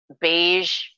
beige